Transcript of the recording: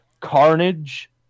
carnage